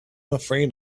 afraid